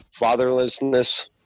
fatherlessness